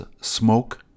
smoke